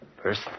First